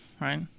Right